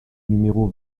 numéro